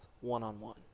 one-on-one